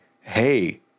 hey